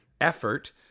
effort